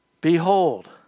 Behold